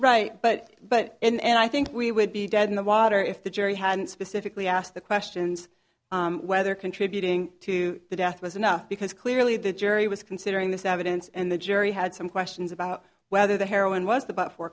right but but and i think we would be dead in the water if the jury hadn't specifically asked the questions whether contributing to the death was enough because clearly the jury was considering this evidence and the jury had some questions about whether the heroin was the but fo